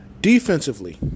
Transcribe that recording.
Defensively